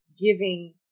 giving